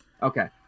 Okay